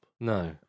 No